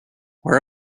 where